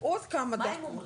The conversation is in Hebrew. כמה דירות?